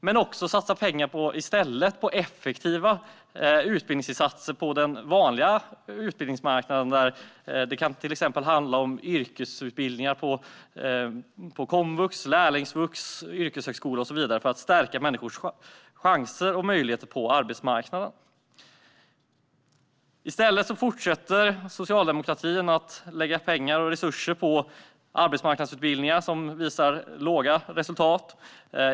Man bör också i stället satsa pengar på effektiva utbildningsinsatser på den vanliga utbildningsmarknaden. Det kan handla om till exempel yrkesutbildningar på komvux, lärlingsvux, yrkeshögskola och så vidare för att stärka människors chanser och möjligheter på arbetsmarknaden. I stället fortsätter socialdemokratin att lägga pengar och resurser på arbetsmarknadsutbildningar som visar låga resultat.